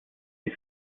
die